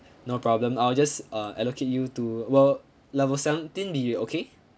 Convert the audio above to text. no problem I'll just uh allocate you to will level seventeen be okay